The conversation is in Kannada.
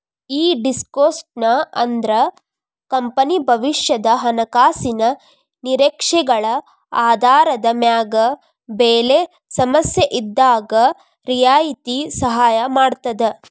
ಈ ಡಿಸ್ಕೋನ್ಟ್ ಅಂದ್ರ ಕಂಪನಿ ಭವಿಷ್ಯದ ಹಣಕಾಸಿನ ನಿರೇಕ್ಷೆಗಳ ಆಧಾರದ ಮ್ಯಾಗ ಬೆಲೆ ಸಮಸ್ಯೆಇದ್ದಾಗ್ ರಿಯಾಯಿತಿ ಸಹಾಯ ಮಾಡ್ತದ